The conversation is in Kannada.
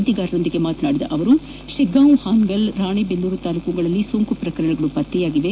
ಸುದ್ದಿಗಾರರೊಂದಿಗೆ ಮಾತನಾಡಿದ ಅವರು ಶಿಗ್ಗಾವಿ ಹಾನಗಲ್ ರಾಣೇಬೆನ್ನೂರು ತಾಲೂಕುಗಳಲ್ಲಿ ಸೋಂಕು ಪ್ರಕರಣಗಳು ಪತ್ತೆಯಾಗಿವೆ